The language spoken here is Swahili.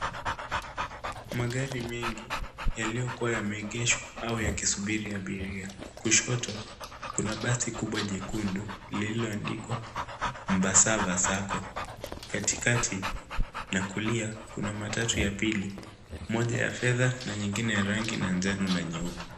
Magari mengi, yaliyokuwa yameegeshwa au yakisubiri abiria. Kushoto, kuna basi kubwa jekundu, lililoandikwa embasava sacco. Katikati na kulia, kuna matatu ya pili, moja ya fedha na nyingine ya rangi na njano na nyeupe.